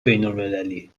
بینالمللی